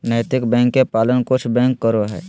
नैतिक बैंक के पालन कुछ बैंक करो हइ